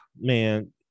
Man